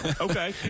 Okay